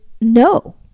no